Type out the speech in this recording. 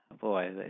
boy